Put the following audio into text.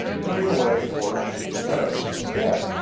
turning away toward the green meadows instead.